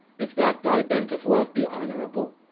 if that thy bent of love be honourable,